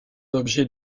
objets